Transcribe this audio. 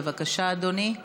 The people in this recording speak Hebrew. בבקשה, אדוני.